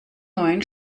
neuen